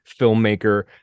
filmmaker